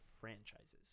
franchises